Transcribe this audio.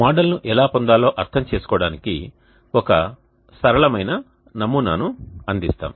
మోడల్ను ఎలా పొందాలో అర్థం చేసుకోవడానికి ఒక సరళమైన నమూనాను అందిస్తాము